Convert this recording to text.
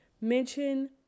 mention